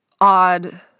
odd